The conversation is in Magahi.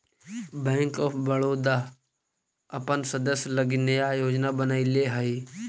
बैंक ऑफ बड़ोदा अपन सदस्य लगी नया योजना बनैले हइ